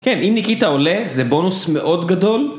כן, אם ניקיטה עולה זה בונוס מאוד גדול.